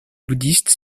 bouddhiste